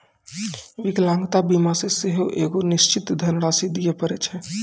विकलांगता बीमा मे सेहो एगो निश्चित धन राशि दिये पड़ै छै